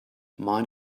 mind